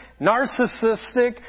narcissistic